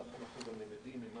כך אנחנו גם למדים ממה